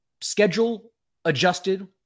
schedule-adjusted